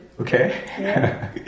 Okay